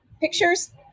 pictures